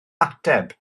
ateb